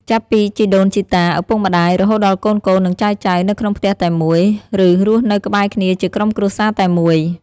ចាប់ពីជីដូនជីតា ឪពុកម្ដាយ រហូតដល់កូនៗ និងចៅៗ នៅក្នុងផ្ទះតែមួយ ឬរស់នៅក្បែរគ្នាជាក្រុមគ្រួសារតែមួយ។